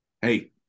Hey